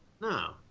No